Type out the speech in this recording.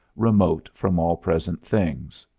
remote from all present things.